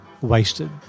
wasted